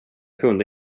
kunde